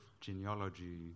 genealogy